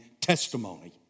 testimony